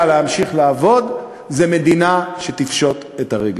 להמשיך לעבוד זו מדינה שתפשוט את הרגל.